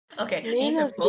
Okay